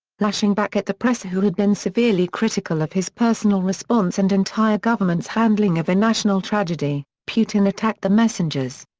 lashing back at the press who had been severely critical of his personal response and entire government's handling of a national tragedy, putin attacked the messengers.